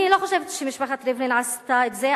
אני לא חושבת שמשפחת ריבלין עשתה את זה,